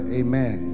amen